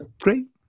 great